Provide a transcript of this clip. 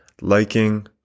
Liking